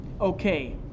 okay